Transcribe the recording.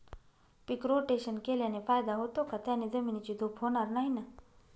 पीक rotation केल्याने फायदा होतो का? त्याने जमिनीची धूप होणार नाही ना?